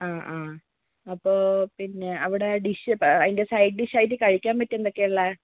ആ ആ അപ്പോൾ പിന്നെ അവിടെ ഡിഷ് അതിൻ്റെ സൈഡ് ഡിഷ് ആയിട്ട് കഴിക്കാൻ പറ്റിയ എന്തൊക്കെയാണ് ഉള്ളത്